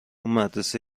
مدرسه